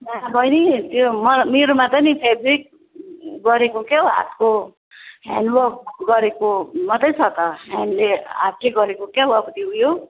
ल्या बहिनी मेरो म मेरोमा त नि फ्याब्रिक गरेको क्या हौ हातको ह्यान्डवर्क गरेको मात्रै छ त ह्यान्डले हातले गरेको क्या हौ अब त्यो उयो